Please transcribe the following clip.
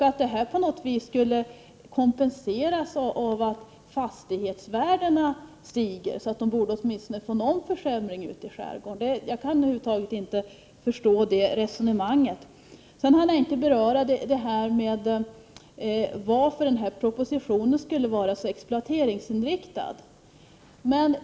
Att detta på något vis skulle kompenseras av att fastighetsvärdena stiger är ett resonemang som jag över huvud taget inte kan förstå. Jag hann inte att i min förra replik beröra frågan om varför propositionen skulle vara så exploateringsinriktad.